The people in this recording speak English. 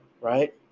right